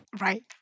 Right